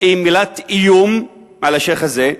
היא מילת איום על השיח' הזה,